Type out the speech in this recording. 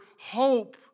hope